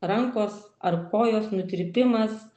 rankos ar kojos nutirpimas